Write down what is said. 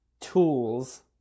tools